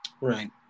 Right